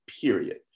period